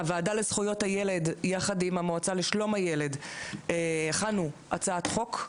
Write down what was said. הוועדה לזכויות הילד יחד עם המועצה לשלום הילד הכנו הצעת חוק,